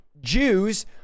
Jews